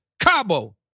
Cabo